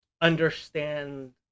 understand